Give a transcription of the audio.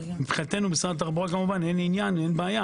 מבחינתנו משרד התחבורה אין בעיה.